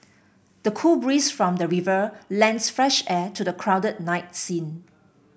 the cool breeze from the river lends fresh air to the crowded night scene